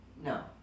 no